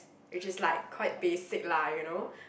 which is like called it basic lah you know